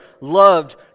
loved